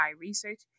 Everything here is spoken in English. Research